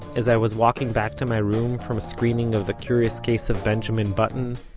as i was walking back to my room from screening of the curious case of benjamin button,